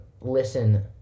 listen